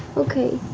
okay.